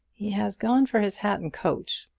he has gone for his hat and coat.